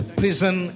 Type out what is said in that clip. prison